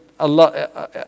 Allah